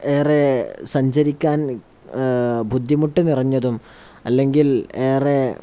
ഏറെ സഞ്ചരിക്കാൻ ബുദ്ധിമുട്ട് നിറഞ്ഞതും അല്ലെങ്കിൽ ഏറെ